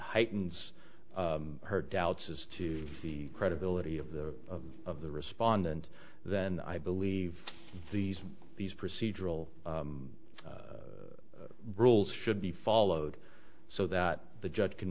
heightens her doubts as to the credibility of the of the respondent then i believe these these procedural rules should be followed so that the judge can